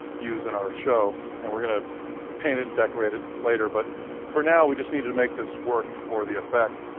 use in our show. and we're gonna paint it and decorate it later, but for now we just need to make this work for the effect.